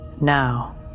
now